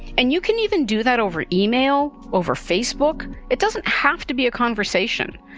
and you can even do that over email, over facebook. it doesn't have to be a conversation.